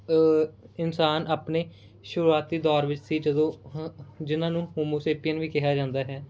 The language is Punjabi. ਇਨਸਾਨ ਆਪਣੇ ਸ਼ੁਰੂਆਤੀ ਦੌਰ ਵਿੱਚ ਸੀ ਜਦੋਂ ਜਿਹਨਾਂ ਨੂੰ ਹੋਮੋਸੇਪੀਅਨ ਵੀ ਕਿਹਾ ਜਾਂਦਾ ਹੈ